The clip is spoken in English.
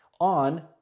on